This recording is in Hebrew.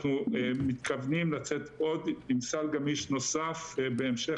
אנחנו מתכוונים לצאת עוד עם סל גמיש נוסף בהמשך